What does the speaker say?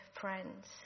friends